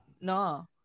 No